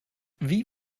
wie